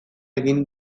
egin